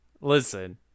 Listen